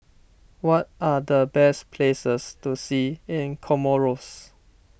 what are the best places to see in Comoros